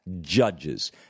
judges